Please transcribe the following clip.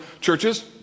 churches